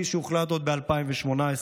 כפי שהוחלט עוד ב-2018.